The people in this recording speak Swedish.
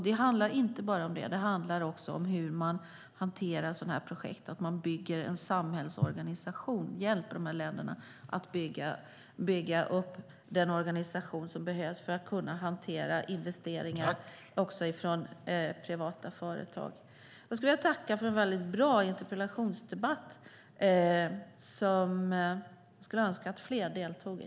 Det handlar inte bara om det, utan det handlar också om hur man hanterar sådana här projekt och att man hjälper de här länderna att bygga upp den organisation som behövs för att kunna hantera investeringar också från privata företag. Jag vill tacka för en väldigt bra interpellationsdebatt som jag skulle önska att fler deltog i.